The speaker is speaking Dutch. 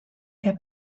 heb